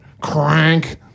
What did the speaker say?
crank